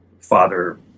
Father